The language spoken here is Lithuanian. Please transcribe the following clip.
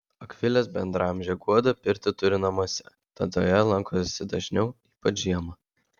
akvilės bendraamžė guoda pirtį turi namuose tad joje lankosi dažniau ypač žiemą